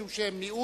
משום שהיא מיעוט,